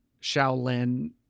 Shaolin